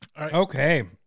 okay